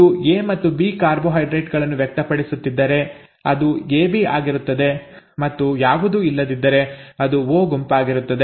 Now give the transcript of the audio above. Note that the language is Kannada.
ಇದು ಎ ಮತ್ತು ಬಿ ಕಾರ್ಬೋಹೈಡ್ರೇಟ್ ಗಳನ್ನು ವ್ಯಕ್ತಪಡಿಸುತ್ತಿದ್ದರೆ ಅದು ಎಬಿ ಆಗಿರುತ್ತದೆ ಮತ್ತು ಯಾವುದೂ ಇಲ್ಲದಿದ್ದರೆ ಅದು ಒ ಗುಂಪಾಗಿರುತ್ತದೆ